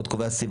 עוד קובע הסעיף,